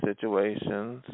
situations